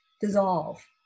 dissolve